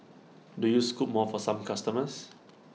do you scoop more for some customers